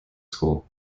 school